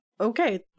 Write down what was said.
okay